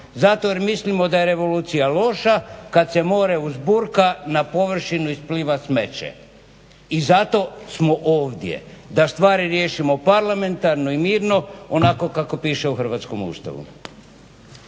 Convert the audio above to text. zato jer mislimo da je revolucija loša. Kada se more uzburka na površinu ispliva smeće i zato smo ovdje da stvari riješimo parlamentarno i mirno onako kako piše u hrvatskom Ustavu.